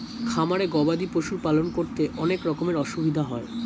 খামারে গবাদি পশুর পালন করতে অনেক রকমের অসুবিধা হয়